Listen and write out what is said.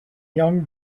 young